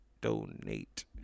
donate